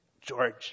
George